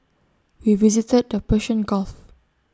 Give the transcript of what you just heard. we visited the Persian gulf